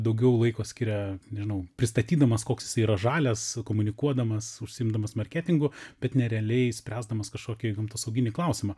daugiau laiko skiria nežinau pristatydamas koks jisai yra žalias komunikuodamas užsiimdamas marketingu bet ne realiai spręsdamas kažkokį gamtosauginį klausimą